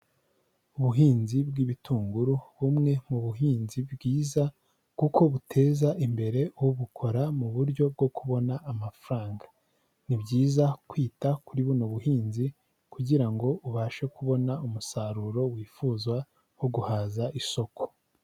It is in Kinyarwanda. Ubuhinzi bw'ibitunguru bumwe mu buhinzi bwiza kuko buteza imbere ubukora mu buryo bwo kubona amafaranga, ni byiza kwita kuri buno buhinzi kugira ngo ubashe kubona umusaruro wifuzwa wo guhaza isoko.